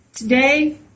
Today